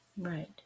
Right